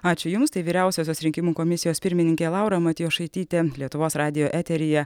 ačiū jums tai vyriausiosios rinkimų komisijos pirmininkė laura matjošaitytė lietuvos radijo eteryje